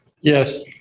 Yes